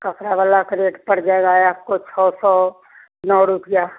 कपड़ावाला का रेट पड़ जाएगा आपको छह सौ नौ रुपया